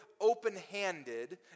open-handed